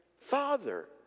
father